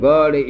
God